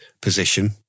position